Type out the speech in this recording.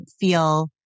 feel